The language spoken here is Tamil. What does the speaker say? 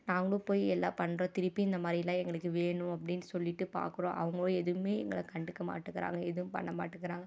நாங்களும் போய் எல்லா பண்ணுறோம் திருப்பியும் இந்த மாதிரிலாம் எங்களுக்கு வேணும் அப்படின்னு சொல்லிவிட்டு பார்க்குறோம் அவங்களும் எதுவுமே எங்களை கண்டுக்க மாட்டேக்குறாங்க எதுவும் பண்ண மாட்டேக்குறாங்க